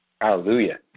Hallelujah